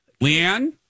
Leanne